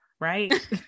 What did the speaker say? right